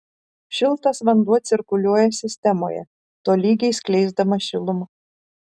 šiltas vanduo cirkuliuoja sistemoje tolygiai skleisdamas šilumą